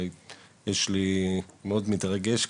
אני מאוד מתרגש,